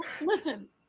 Listen